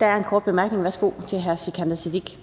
Der er en kort bemærkning. Værsgo til hr. Sikandar Siddique.